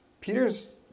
Peter's